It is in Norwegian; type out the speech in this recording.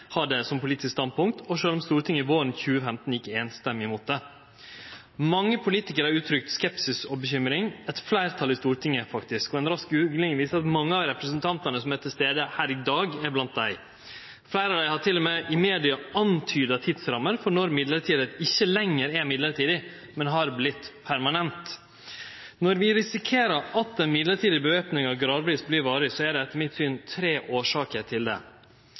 har det som politisk standpunkt, og sjølv om Stortinget våren 2015 gjekk samrøystes mot det. Mange politikarar har uttrykt skepsis og bekymring, eit fleirtal i Stortinget faktisk. Ei rask googling viser at mange av representantane som er til stades her i dag, er blant dei. Fleire av dei har til og med i media nemnt ei tidsramme for når mellombels ikkje lenger er mellombels, men har vorte permanent. Når vi risikerer at den mellombelse væpninga gradvis vert varig, er det etter mitt syn tre årsaker til det.